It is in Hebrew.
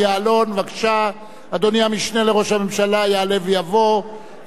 אדוני המשנה לראש הממשלה יעלה ויבוא וישיב בשם הממשלה.